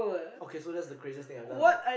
okay so that's the craziest thing I have done lah